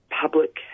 public